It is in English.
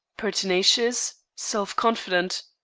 pertinacious, self-confident.